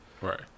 Right